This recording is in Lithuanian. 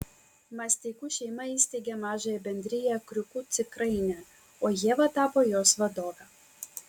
masteikų šeima įsteigė mažąją bendriją kriūkų cukrainė o ieva tapo jos vadove